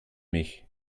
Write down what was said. mich